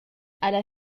alla